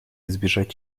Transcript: избежать